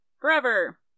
forever